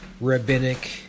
rabbinic